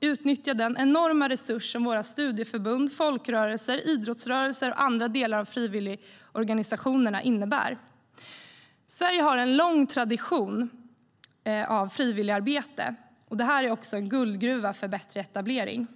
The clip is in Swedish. utnyttja den enorma resurs som våra studieförbund, folkrörelser, idrottsrörelser och andra delar av frivilligorganisationerna innebär. Sverige har en lång tradition av frivilligarbete, och det är också en guldgruva för bättre etablering.